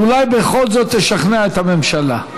אולי בכל זאת תשכנע את הממשלה.